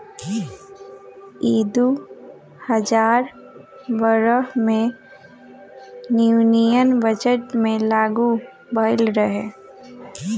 ई दू हजार बारह मे यूनियन बजट मे लागू भईल रहे